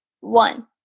one